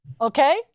okay